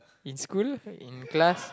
in school in class